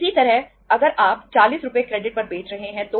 इसी तरह अगर आप 40 रु क्रेडिट पर बेच रहे हैं तो